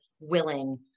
willing